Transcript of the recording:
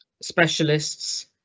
specialists